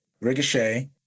Ricochet